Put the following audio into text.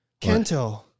Kento